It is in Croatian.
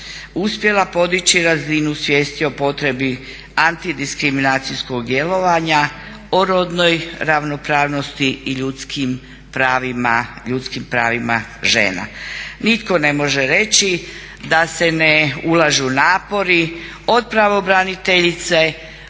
uspjela podići razinu svijesti o potrebi antidiskriminacijskog djelovanja o rodnoj ravnopravnosti i ljudski pravima žena. Nitko ne može reći da se ne ulažu napori od pravobraniteljice,